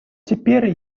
теперь